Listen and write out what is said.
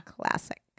Classic